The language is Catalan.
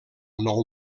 nou